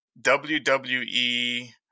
WWE